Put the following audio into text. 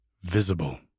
visible